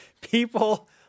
People